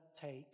take